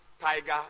tiger